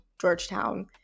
Georgetown